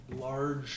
large